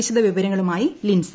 വിശദ വിവരങ്ങളുമായി ലിൻസ